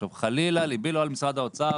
חלילה, ליבי לא עם משרד האוצר,